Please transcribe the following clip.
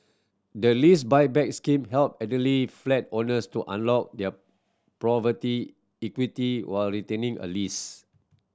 the Lease Buyback Scheme help elderly flat owners to unlock their property equity while retaining a lease